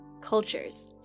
cultures